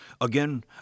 Again